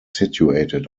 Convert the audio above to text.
situated